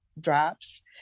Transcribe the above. drops